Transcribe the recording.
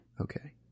Okay